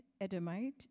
Edomite